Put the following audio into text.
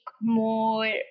more